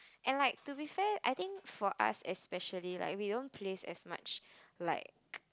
and like to be fair I think for us especially like we don't place as much like